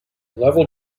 level